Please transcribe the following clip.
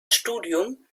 studium